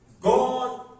God